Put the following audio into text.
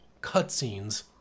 cutscenes